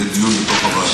שיהיה דיון בתוך הוועדה.